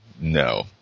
No